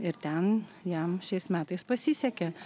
ir ten jam šiais metais pasisekė